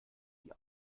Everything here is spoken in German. die